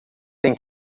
têm